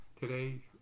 Today's